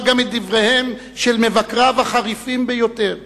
גם את דבריהם של מבקריו החריפים ביותר.